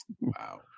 Wow